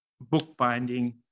bookbinding